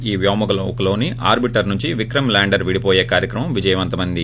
ఈ వ్యోమనౌకలోని ఆర్పిటర్ నుంచి విక్రమ్ ల్యాండర్ విడిపోయే కార్యక్రమం విజయవంతమైంది